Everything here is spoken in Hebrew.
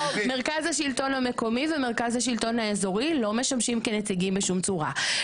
מרכז השלטון המקומי ומרכז השלטון האזורי לא משמשים כנציגים בשום צורה.